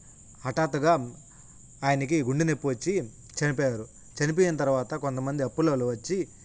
హఠాత్తుగా ఆయనకి గుండె నొప్పి వచ్చి చనిపోయారు చనిపోయిన తర్వాత కొంతమంది అప్పుల వాళ్ళు వచ్చి